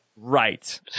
Right